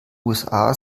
usa